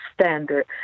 standard